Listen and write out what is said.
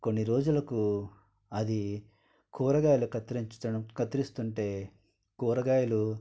కొన్ని రోజులకు అది కూరగాయలు కత్తిరించడం కత్తిరిస్తుంటే కూరగాయలు